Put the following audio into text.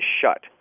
shut